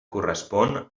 correspon